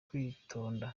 kwitonda